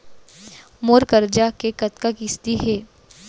मोर करजा के कतका किस्ती हे?